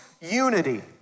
unity